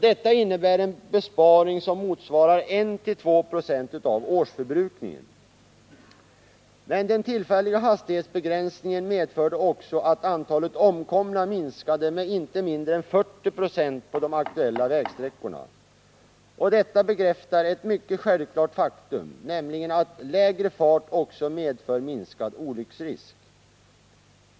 Detta innebär en besparing som motsvarar 1—2 Zo utav årsförbrukningen. Den tillfälliga hastighetsbegränsningen medförde emellertid också att antalet omkomna minskade med inte mindre än 40 20 på de aktuella vägsträckorna. Detta bekräftar ett mycket självklart faktum, nämligen att lägre fart också medför minskad olycksrisk.